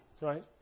Right